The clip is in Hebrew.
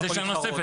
זו שאלה נוספת.